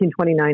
1929